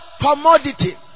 commodity